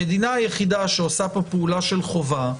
המדינה היחידה שעושה פה פעולה של חובה,